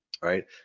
right